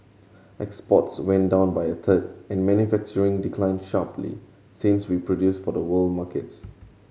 exports went down by a third and manufacturing declined sharply since we produced for the world markets